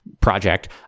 project